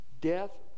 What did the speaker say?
Death